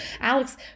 Alex